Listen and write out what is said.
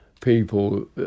people